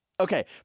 Okay